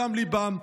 מדם ליבם.